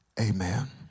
Amen